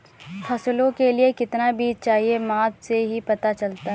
फसलों के लिए कितना बीज चाहिए माप से ही पता चलता है